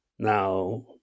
Now